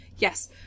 Yes